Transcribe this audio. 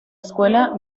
escuela